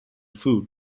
food